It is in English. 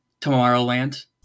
Tomorrowland